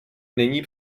není